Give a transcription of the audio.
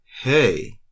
hey